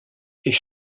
est